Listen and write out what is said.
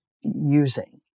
using